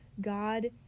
God